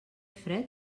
fred